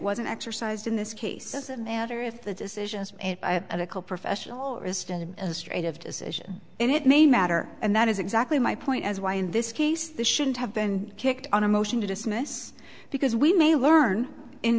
wasn't exercised in this case doesn't matter if the decisions are a professional a straight of decision and it may matter and that is exactly my point as why in this case the shouldn't have been kicked on a motion to dismiss because we may learn in